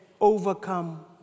overcome